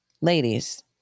ladies